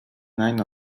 nine